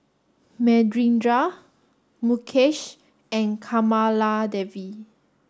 Manindra Mukesh and Kamaladevi